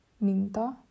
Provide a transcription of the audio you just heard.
minta